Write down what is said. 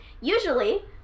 Usually